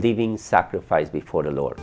living sacrifice before the lord